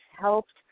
helped